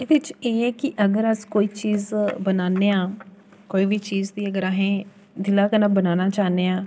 एह्दे च इ'ऐ कि अगर अस कोई चीज बनाने आं कोई बी चीज गी अगर अहें दिलै कन्नै बनाना चाह्ने आं